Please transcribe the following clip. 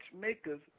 makers